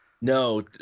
no